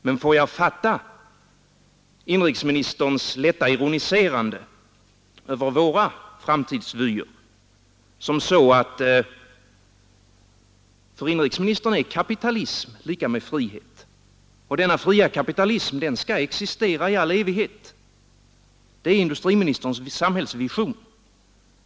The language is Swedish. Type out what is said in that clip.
Men får jag fatta inrikesministerns lätta ironiserande över våra framtidsvyer så att för inrikesministern är kapitalism lika med frihet och så att denna fria kapitalism skall existera i all evighet? Är det inrikesministerns samhällsvision?